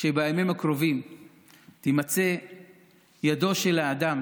שבימים הקרובים תימצא ידו של האדם